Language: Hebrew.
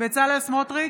בצלאל סמוטריץ'